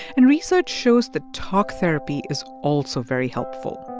and research shows that talk therapy is also very helpful.